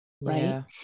Right